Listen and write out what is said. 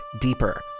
deeper